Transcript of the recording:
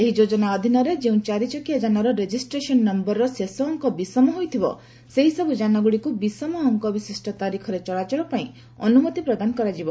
ଏହି ଯୋଜନା ଅଧୀନରେ ଯେଉଁ ଚାରିଚକିଆ ଯାନର ରେଜିଷ୍ଟ୍ରେସନ୍ ନୟରର ଶେଷ ଅଙ୍କ ବିସମ ହୋଇଥିବ ସେହିସବୁ ଯାନଗୁଡ଼ିକୁ ବିସମ ଅଙ୍କ ବିଶିଷ୍ଟ ତାରିଖରେ ଚଳାଚଳ ପାଇଁ ଅନୁମତି ପ୍ରଦାନ କରାଯିବ